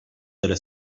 delle